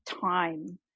time